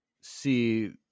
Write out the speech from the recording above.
see